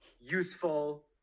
useful